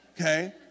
Okay